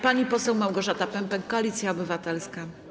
Pani poseł Małgorzata Pępek, Koalicja Obywatelska.